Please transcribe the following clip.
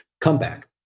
comeback